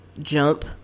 jump